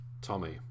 tommy